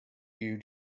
you